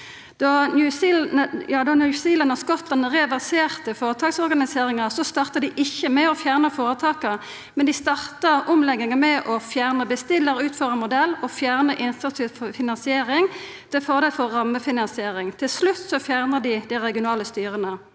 Då New Zealand og Skottland reverserte føretaksorganiseringa, starta dei ikkje med å fjerna føretaka, men dei starta omlegginga med å fjerna bestillar–utførar-modellen og fjerna innsatsstyrt finansiering til fordel for rammefinansiering. Til slutt fjerna dei dei regionale styra.